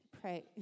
Pray